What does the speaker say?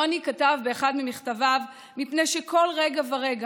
יוני כתב באחד ממכתביו: "מפני שכל רגע ורגע